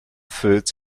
third